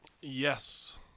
Yes